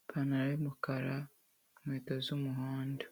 ipantaro y'umukara, inkweto z'umuhondo.